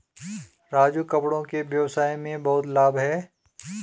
राजू कपड़ों के व्यवसाय में बहुत लाभ है